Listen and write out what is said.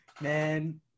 Man